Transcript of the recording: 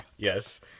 Yes